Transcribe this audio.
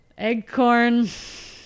Eggcorn